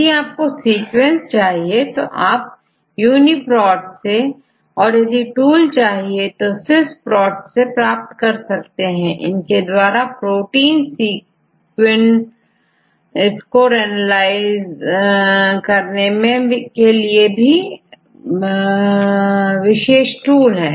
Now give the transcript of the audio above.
यदि आपको सीक्वेंस चाहिए हो तो आपUniP rotसे और यदि टूल चाहिए हो तो आपSWISS PROT से प्राप्त कर सकते हैं इनके पास प्रोटीन सिक्विन स्कोर एनालाइज करने के लिए विशेष टूल हैं